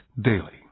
daily